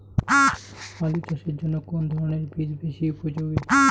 আলু চাষের জন্য কোন ধরণের বীজ বেশি উপযোগী?